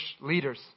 leaders